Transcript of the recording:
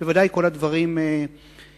ודאי כל הדברים הציבוריים.